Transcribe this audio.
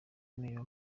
mayor